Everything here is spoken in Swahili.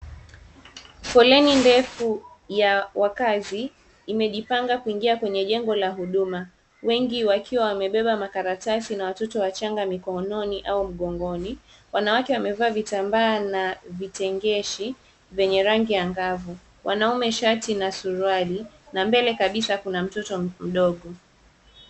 Foleni ndefu ya wakazi inajipanga kuingia kwenye jengo la huduma wengi wakiwa wamebeba makaratasi na watoto wachanga mikononi au mgongoni. Wanawake wamevaa vitambaa na vitengeshi zenye rangi ya ngafu wanaume shati na suruali na mbele kabisaa Kuna mtoto mdogo.